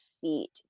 feet